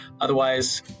Otherwise